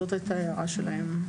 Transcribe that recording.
זאת הייתה ההערה שלהם.